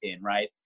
right